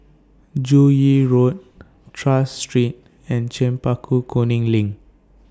Joo Yee Road Tras Street and Chempaka Kuning LINK